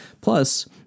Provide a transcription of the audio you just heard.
Plus